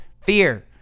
fear